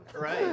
right